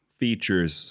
features